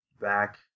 back